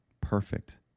perfect